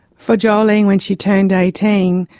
for jolene when she turned eighteen,